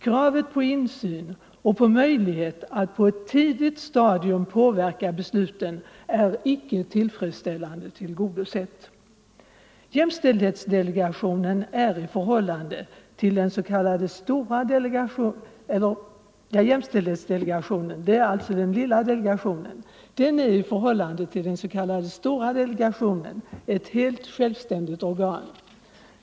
Kravet på insyn och möjlighet att på ett tidigt stadium påverka besluten är icke tillfredsställande tillgodosett. till den s.k. stora delegationen ett helt självständigt organ.